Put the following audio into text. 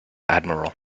admiral